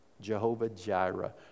Jehovah-Jireh